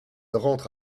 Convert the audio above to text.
rentre